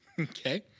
Okay